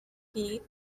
gate